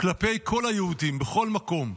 כלפי כל היהודים בכל מקום,